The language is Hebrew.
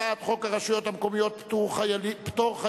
הצעת חוק הרשויות המקומיות (פטור חיילים,